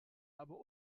aber